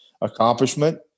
accomplishment